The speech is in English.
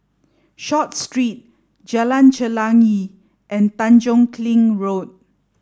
Short Street Jalan Chelagi and Tanjong Kling Road